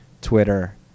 twitter